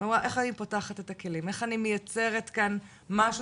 ואמרה "איך אני פותחת את הכלים ומייצרת כאן משהו